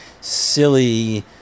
silly